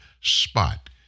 spot